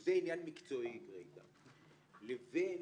שזה עניין מקצועי גרידא, לבין